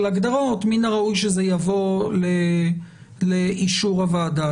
הגדרות מן הראוי שזה יבוא לאישור הוועדה.